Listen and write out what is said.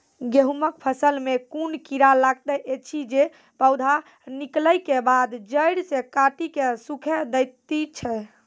गेहूँमक फसल मे कून कीड़ा लागतै ऐछि जे पौधा निकलै केबाद जैर सऽ काटि कऽ सूखे दैति छै?